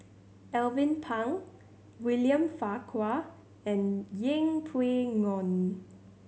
Alvin Pang William Farquhar and Yeng Pway Ngon